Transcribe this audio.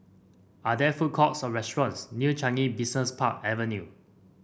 are there food courts or restaurants near Changi Business Park Avenue